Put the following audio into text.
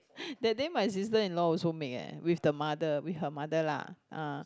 that day my sister in law also make eh with the mother with her mother lah ah